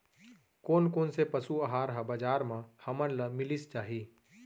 कोन कोन से पसु आहार ह बजार म हमन ल मिलिस जाही?